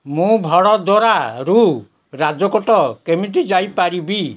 ମୁଁ ଭଡ଼ଦୋରାରୁ ରାଜକୋଟ କେମିତି ଯାଇପାରିବି